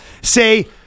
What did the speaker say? say